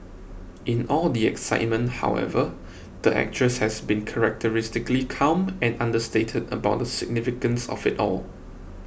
in all the excitement however the actress has been characteristically calm and understated about the significance of it all